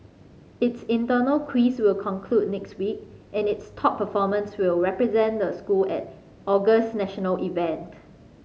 its internal quiz will conclude next week and its top performers will represent the school at August's national event